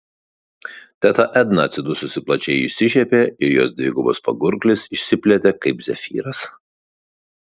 teta edna atsidususi plačiai išsišiepė ir jos dvigubas pagurklis išsiplėtė kaip zefyras